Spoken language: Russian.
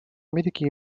америке